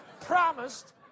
promised